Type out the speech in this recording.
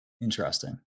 Interesting